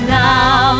now